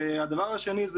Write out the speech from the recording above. הדבר השני,